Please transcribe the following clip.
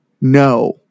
No